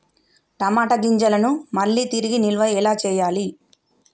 టమాట గింజలను మళ్ళీ తిరిగి నిల్వ ఎలా చేయాలి?